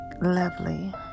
lovely